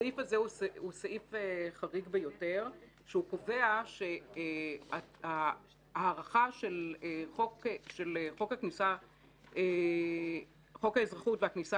הסעיף הזה הוא סעיף חריג ביותר שקובע שההארכה של חוק האזרחות והכניסה